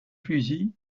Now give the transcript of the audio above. fusil